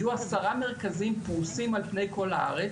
יהיו עשרה מרכזים פרוסים על פני כל הארץ,